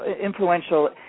influential